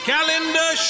Calendar